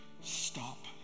stop